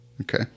Okay